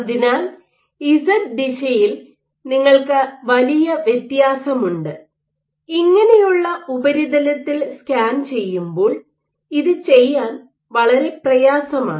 അതിനാൽ ഇസഡ് ദിശയിൽ നിങ്ങൾക്ക് വലിയ വ്യത്യാസമുണ്ട് ഇങ്ങനെയുള്ള ഉപരിതലത്തിൽ സ്കാൻ ചെയ്യുമ്പോൾ ഇത് ചെയ്യാൻ വളരെ പ്രയാസമാണ്